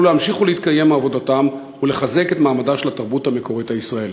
להמשיך להתקיים מעבודתם ולחזק את מעמדה של התרבות המקורית הישראלית?